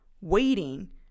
waiting